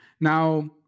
Now